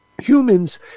humans